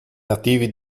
nativi